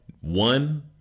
one